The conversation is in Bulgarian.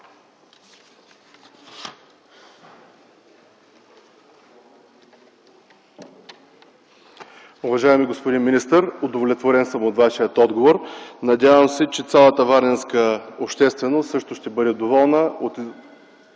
Уважаеми господин министър, удовлетворен съм от Вашия отговор. Надявам се, че цялата варненска общественост също ще бъде доволна от